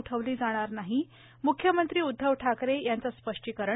उठवली जाणार नाही मुख्यमंत्री उदधव ठाकरे यांचं स्पष्टीकरण